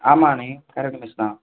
ஆமாண்ணே காரைக்கால் மெஸ் தான்